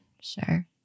Sure